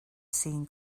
seen